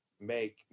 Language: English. make